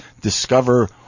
discover